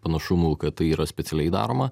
panašumų kad tai yra specialiai daroma